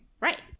Right